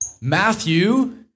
Matthew